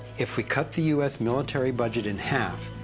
if we cut the u s. military budget in half,